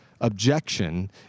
objection